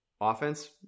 offense